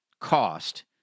cost